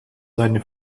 seine